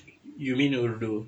you mean urdu